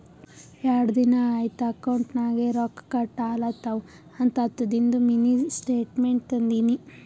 ಯಾಡ್ ದಿನಾ ಐಯ್ತ್ ಅಕೌಂಟ್ ನಾಗ್ ರೊಕ್ಕಾ ಕಟ್ ಆಲತವ್ ಅಂತ ಹತ್ತದಿಂದು ಮಿನಿ ಸ್ಟೇಟ್ಮೆಂಟ್ ತಂದಿನಿ